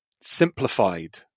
simplified